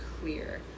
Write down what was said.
clear